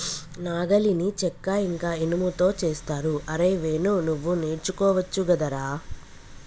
నాగలిని చెక్క ఇంక ఇనుముతో చేస్తరు అరేయ్ వేణు నువ్వు నేర్చుకోవచ్చు గదరా